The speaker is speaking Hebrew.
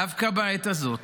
דווקא בעת הזאת